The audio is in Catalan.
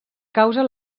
causa